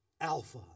Alpha